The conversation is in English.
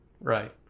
Right